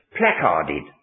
placarded